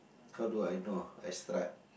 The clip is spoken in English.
how do I know ah I stra~